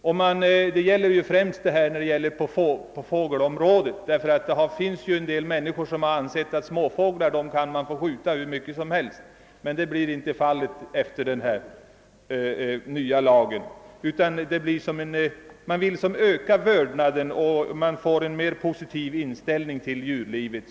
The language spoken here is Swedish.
Omläggningen leder främst till ökat skydd på fågelområdet. En del människor har ansett att småfåglar kan skjutas hur och när som helst. Med den nya lagen bör såväl allmänheten som jägarna få en mera positiv inställning till djurlivet.